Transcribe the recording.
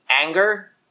anger